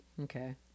okay